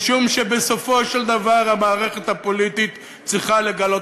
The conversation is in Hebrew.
משום שבסופו של דבר המערכת הפוליטית צריכה לגלות